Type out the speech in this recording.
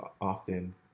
often